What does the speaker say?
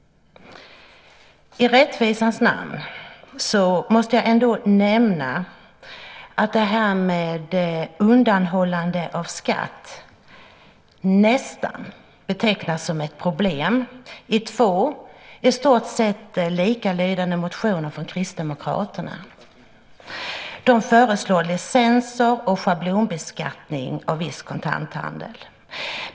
I rättvisans namn måste jag ändå nämna att detta med undanhållande av skatt nästan betecknas som ett problem i två i stort sett likalydande motioner från kristdemokrater. De föreslår licenser och schablonbeskattning av viss kontanthandel.